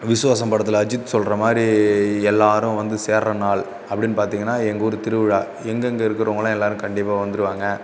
விசுவாசம் படத்தில் அஜித் சொல்கிற மாதிரி எல்லாரும் வந்து சேருற நாள் அப்படின்னு பார்த்தீங்கன்னா எங்கூர் திருவிழா எங்கெங்கே இருக்கிறவங்கெல்லாம் எல்லாரும் கண்டிப்பாக வந்துடுவாங்க